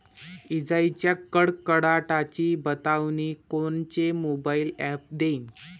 इजाइच्या कडकडाटाची बतावनी कोनचे मोबाईल ॲप देईन?